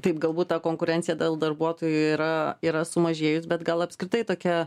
taip galbūt ta konkurencija dėl darbuotojų yra yra sumažėjus bet gal apskritai tokia